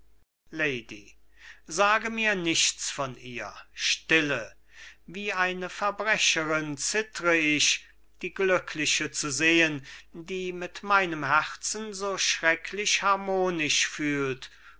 lady sage mir nichts von ihr stille wie eine verbrecherin zittre ich die glückliche zu sehen die mit meinem herzen so schrecklich harmonisch